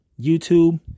YouTube